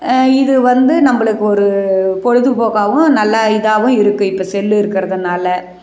இது வந்து நம்மளுக்கு ஒரு பொழுதுபோக்காகவும் நல்ல இதாகவும் இருக்குது இப்போ செல்லு இருக்கிறதனால